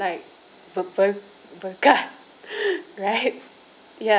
like b~ ber~ right ya